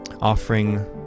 offering